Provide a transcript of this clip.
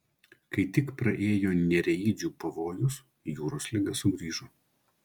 kai tik praėjo nereidžių pavojus jūros liga sugrįžo